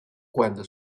cuando